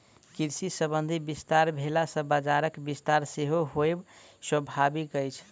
कृषि संबंधी विस्तार भेला सॅ बजारक विस्तार सेहो होयब स्वाभाविक अछि